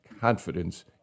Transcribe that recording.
confidence